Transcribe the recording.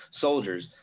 soldiers